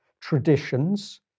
traditions